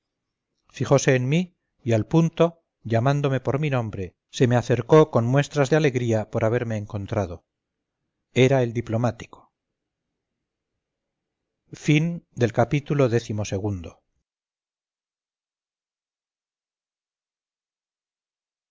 tomaría fijose en mí y al punto llamándome por mi nombre se me acercó con muestras de alegría por haberme encontrado era el diplomático ii